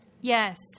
Yes